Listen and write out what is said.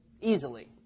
Easily